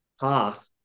path